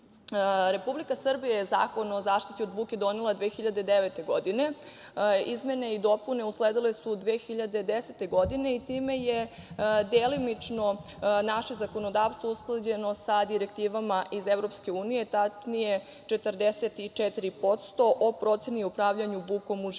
ljudi. Republika Srbija je Zakon o zaštiti od buke donela 2009. godine. Izmene i dopune usledile su 2010. godine i time je delimično naše zakonodavstvo usklađeno sa direktivama iz EU, tačnije 44% o proceni o upravljanju bukom u životnoj